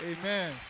Amen